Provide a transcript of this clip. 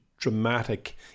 dramatic